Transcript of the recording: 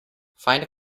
find